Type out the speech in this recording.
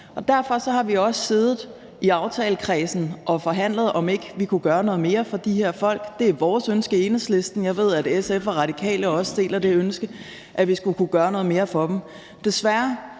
Derfor har vi også siddet i aftalekredsen og forhandlet om, om ikke vi kunne gøre noget mere for de her folk. Det er vores ønske i Enhedslisten. Jeg ved, at SF og Radikale også deler ønsket om, at vi skulle kunne gøre noget mere for dem.